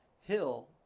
hill